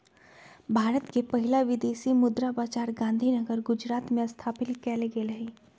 भारत के पहिला विदेशी मुद्रा बाजार गांधीनगर गुजरात में स्थापित कएल गेल हइ